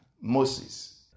Moses